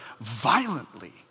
violently